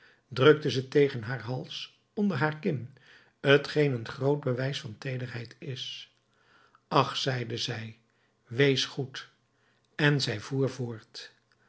drukte ze tegen haar hals onder haar kin t geen een groot bewijs van teederheid is ach zeide zij wees goed en zij voer voort